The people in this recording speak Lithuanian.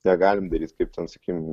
negalim daryt kaip ten sakykim